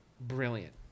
brilliant